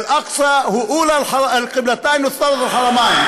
אל-אקצא הוא אולא אל-קבלתין ות'אלת' אל-חרמין.